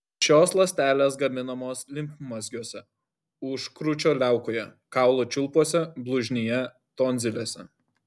šios ląstelės gaminamos limfmazgiuose užkrūčio liaukoje kaulų čiulpuose blužnyje tonzilėse